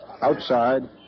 Outside